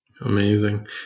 Amazing